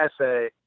essay